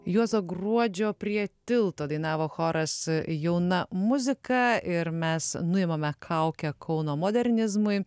juozo gruodžio prie tilto dainavo choras jauna muzika ir mes nuimame kaukę kauno modernizmui